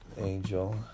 angel